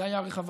זה היה רחבעם